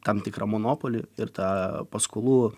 tam tikrą monopolį ir ta paskolų